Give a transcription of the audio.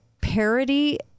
parody